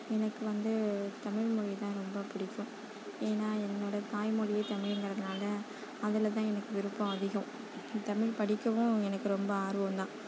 எனக்கு வந்து தமிழ்மொழின்னால் ரொம்ப பிடிக்கும் ஏன்னால் என்னோட தாய்மொழியே தமிழுங்கிறதுனால் அதில் தான் எனக்கு விருப்பம் அதிகம் தமிழ் படிக்கவும் எனக்கு ரொம்ப ஆர்வந்தான்